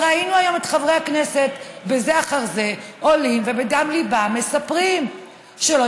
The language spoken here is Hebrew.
ראינו היום את חברי הכנסת בזה אחר זה עולים ובדם ליבם מספרים שלא